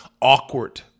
awkward